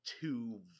two